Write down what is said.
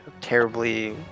terribly